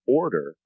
order